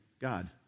God